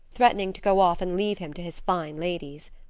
threatening to go off and leave him to his fine ladies.